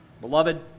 Beloved